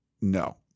No